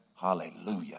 Hallelujah